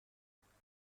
یادگاری